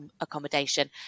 accommodation